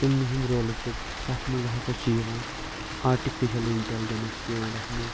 تِمنٕے ہٕنٛدِ رولہٕ سٟتۍ تَتھ منٛز ہَسا چھِ یِوان آرٹِفیشل اِنٹِلیٖجَنس چھِ یِوان تَتھ منٛز